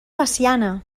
veciana